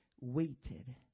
waited